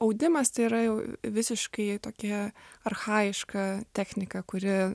audimas tai yra jau visiškai tokia archajiška technika kuri